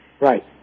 Right